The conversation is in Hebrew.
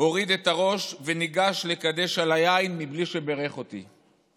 הוריד את הראש וניגש לקדש על היין מבלי שבירך אותי.